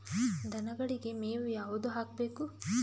ದನಗಳಿಗೆ ಮೇವು ಯಾವುದು ಹಾಕ್ಬೇಕು?